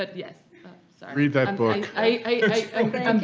ah yes read that book i